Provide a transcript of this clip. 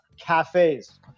cafes